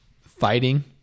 fighting